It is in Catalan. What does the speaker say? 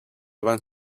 van